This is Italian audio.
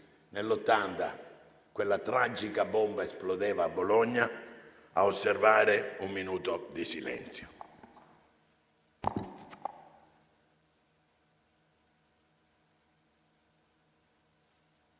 nel 1980 quella tragica bomba esplodeva a Bologna, a osservare un minuto di silenzio.